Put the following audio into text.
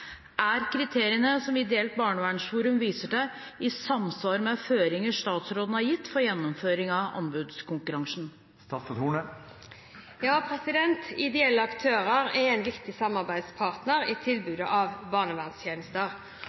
Er kriteriene som Ideelt Barnevernsforum viser til, i samsvar med føringer statsråden har gitt for gjennomføring av anbudskonkurransen?» Ideelle aktører er en viktig samarbeidspartner i tilbudet av barnevernstjenester.